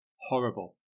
Horrible